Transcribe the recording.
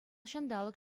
ҫанталӑк